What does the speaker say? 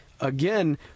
again